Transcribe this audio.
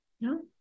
No